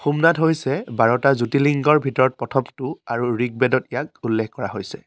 সোমনাথ হৈছে বাৰটা জ্যোতিৰ্লিংগৰ ভিতৰত প্ৰথমটো আৰু ঋকবেদত ইয়াক উল্লেখ কৰা হৈছে